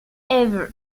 evert